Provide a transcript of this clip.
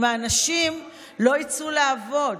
אם האנשים לא יצאו לעבוד?